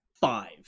five